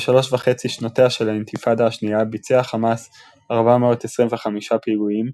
בשלוש וחצי שנותיה של האינתיפאדה השנייה ביצע חמאס 425 פיגועים,